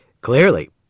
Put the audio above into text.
Clearly